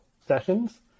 sessions